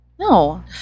No